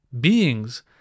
beings